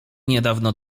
niedawno